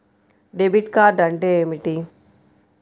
Debit card అంటే ఏమిటి?